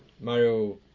Mario